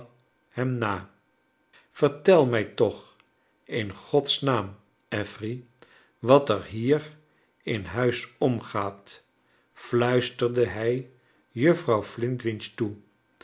hem na vertel mij toch in gods naam affery wat er hier in huis oingaat fluisterde hij juffrouw flintwinch toe